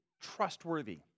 trustworthy